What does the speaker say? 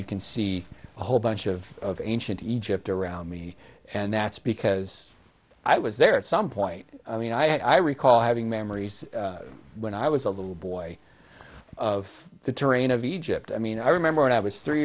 you can see a whole bunch of ancient egypt around me and that's because i was there at some point i mean i recall having memories when i was a little boy of the terrain of egypt i mean i remember when i was three